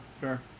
fair